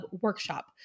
workshop